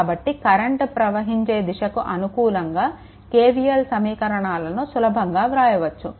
కాబట్టి కరెంట్ ప్రవహించే దిశకి అనుకూలంగా KVL సమీకరణాలను సులభంగా వ్రాయవచ్చు